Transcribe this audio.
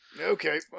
Okay